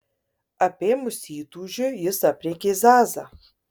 apėmus įtūžiui jis aprėkė zazą